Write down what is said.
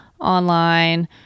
online